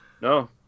No